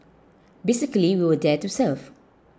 basically we were there to serve